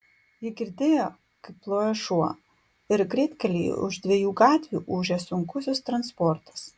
ji girdėjo kaip loja šuo ir greitkelyje už dviejų gatvių ūžia sunkusis transportas